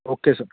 okay sir